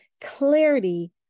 Clarity